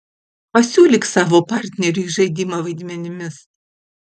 pasiūlyk savo partneriui žaidimą vaidmenimis